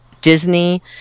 Disney